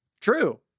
True